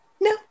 No